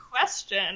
question